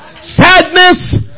sadness